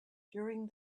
during